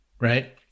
right